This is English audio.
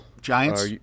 Giants